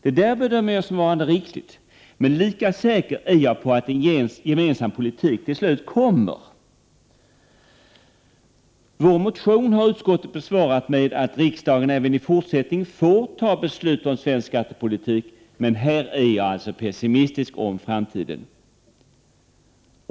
Detta bedömer jag som varande riktigt, men lika säker är jag på att en gemensam politik till slut kommer till stånd. Vår motion har utskottet besvarat med att riksdagen även i fortsättningen får fatta beslut om svensk skattepolitik, men på den punkten är jag pessimistisk om framtiden.